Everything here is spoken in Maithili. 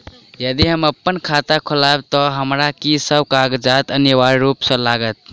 यदि हम अप्पन खाता खोलेबै तऽ हमरा की सब कागजात अनिवार्य रूप सँ लागत?